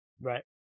Right